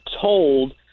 told